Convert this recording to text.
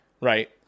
right